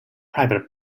private